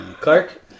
clark